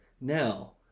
Now